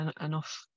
enough